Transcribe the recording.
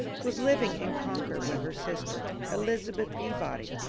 was living in concord with her sister, elizabeth peabody,